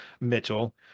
Mitchell